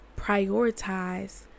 prioritize